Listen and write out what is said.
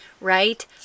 Right